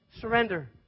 surrender